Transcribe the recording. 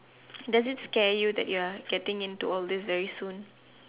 does it scare you that you're getting into all these very soon